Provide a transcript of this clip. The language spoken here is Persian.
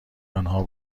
آنها